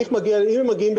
אם הם מגיעים,